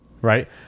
Right